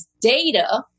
data